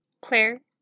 Claire